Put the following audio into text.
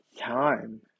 time